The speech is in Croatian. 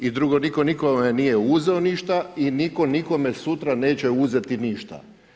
I drugo, nitko nikome nije uzeo ništa i nitko nikome sutra neće uzeti ništa.